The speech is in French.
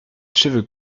cheveux